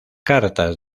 cartas